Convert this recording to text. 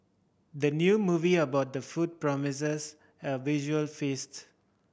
the new movie about food promises a visual feast